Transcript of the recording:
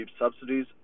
subsidies